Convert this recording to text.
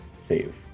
save